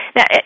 Now